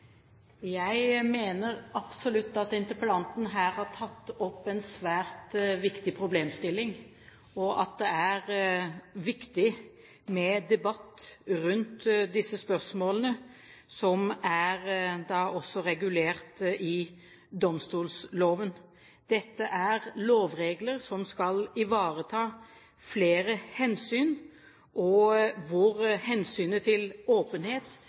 Jeg mener absolutt at interpellanten her har tatt opp en svært viktig problemstilling, og at det er viktig med debatt rundt disse spørsmålene, som også er regulert i domstolloven. Dette er lovregler som skal ivareta flere hensyn, og hvor hensynet til åpenhet